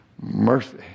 mercy